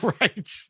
Right